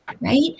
right